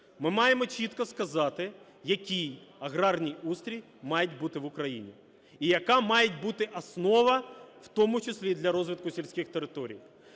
Ми маємо чітко сказати, який аграрний устрій має бути в Україні, і яка має бути основа, в тому числі і для розвитку сільських територій.